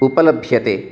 उपलभ्यते